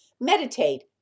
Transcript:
Meditate